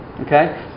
Okay